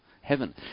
heaven